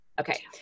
Okay